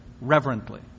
reverently